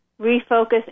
refocus